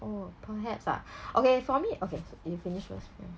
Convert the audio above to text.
oh perhaps ah okay for me okay you finish first mm